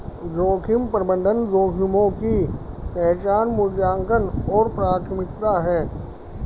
जोखिम प्रबंधन जोखिमों की पहचान मूल्यांकन और प्राथमिकता है